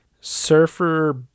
surfer